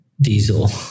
diesel